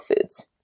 foods